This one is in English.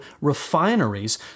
refineries